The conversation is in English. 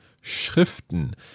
Schriften